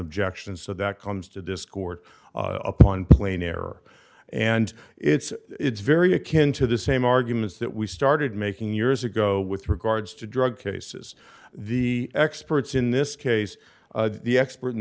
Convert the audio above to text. objection so that comes to discord upon plain error and it's very akin to the same arguments that we started making years ago with regards to drug cases the experts in this case the expert in